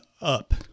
up